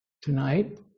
tonight